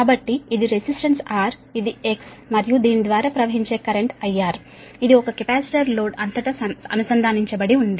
కాబట్టి ఇది resistance R ఇది X మరియు దీని ద్వారా ప్రవహించే కరెంట్ IR ఇది ఒక కెపాసిటర్ లోడ్ అంతటా అనుసంధానించబడి ఉంది